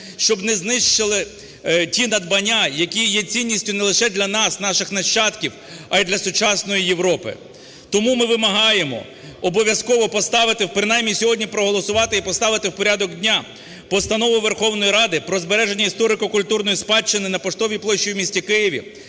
щоб не знищили ті надбання, які є цінністю не лише для нас, наших нащадків, а й для сучасної Європи. Тому ми вимагаємо обов'язково поставити, принаймні сьогодні проголосувати і поставити в порядок дня, Постанову Верховної Ради про збереження історико-культурної спадщини на Поштовій площі у місті Києві,